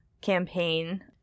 campaign